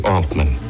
Altman